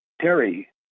Terry